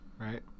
right